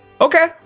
Okay